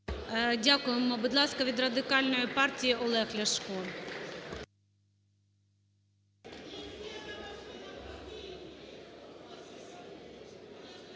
Дякуємо. Будь ласка, від Радикальної партії Олег Ляшко.